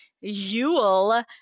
Yule